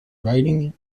writing